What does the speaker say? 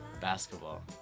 basketball